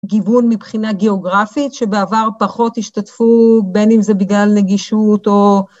גיוון מבחינה גיאוגרפית שבעבר פחות השתתפו בין אם זה בגלל נגישות או